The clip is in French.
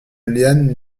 liane